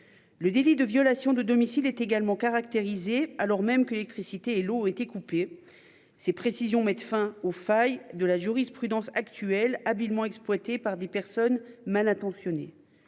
Le délit de violation de domicile est également caractérisé alors même que l'électricité et l'eau était coupée. Ces précisions mette fin aux failles de la jurisprudence actuelle habilement exploitée par des personnes mal intentionnées.